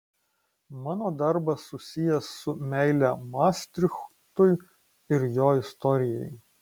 mano darbas susijęs su meile mastrichtui ir jo istorijai